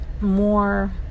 more